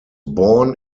born